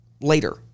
later